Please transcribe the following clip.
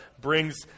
brings